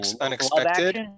unexpected